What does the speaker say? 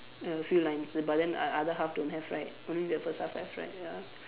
a few lines but then uh other half don't have right only the first half have right ya